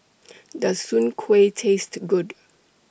Does Soon Kueh Taste Good